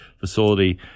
facility